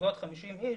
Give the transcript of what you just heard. בסביבות 50 אנשים,